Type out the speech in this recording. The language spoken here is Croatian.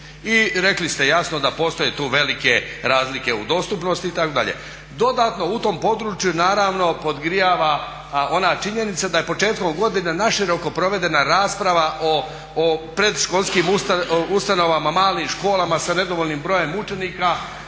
I rekli ste jasno da postoje tu velike razlike u dostupnosti itd. Dodatno u tom području naravno podgrijava ona činjenica da je početkom godine naširoko provedena rasprava o predškolskim ustanovama, malim školama sa nedovoljnim brojem učenika